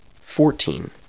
Fourteen